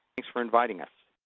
thanks for inviting us.